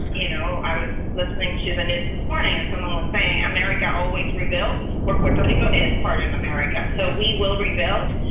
you know, i was listening to the news this morning. and someone was saying, america always rebuild. well, puerto rico is part of america. so we will rebuild.